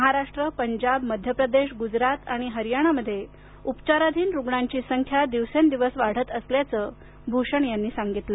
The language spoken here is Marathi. महाराष्ट्र पंजाब मध्य प्रदेश गुजरात आणि हरियाणामध्ये उपचाराधीन रुग्णांची संख्या दिवसेंदिवस वाढत असल्याचं भूषण म्हणाले